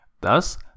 Thus